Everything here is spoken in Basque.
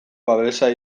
babesa